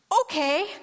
Okay